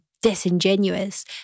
disingenuous